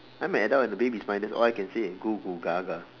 I'm an adult in a baby's mind that's all I can say googoogaga